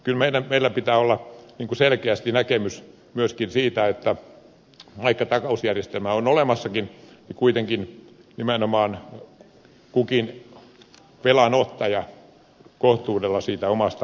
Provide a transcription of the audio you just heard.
kyllä meillä pitää olla selkeä näkemys myöskin siitä että vaikka takausjärjestelmä on olemassakin niin kuitenkin nimenomaan kukin velanottaja kohtuudella siitä omasta velastaan selviää